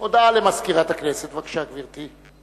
הודעה למזכירת הכנסת, בבקשה, גברתי.